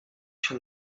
się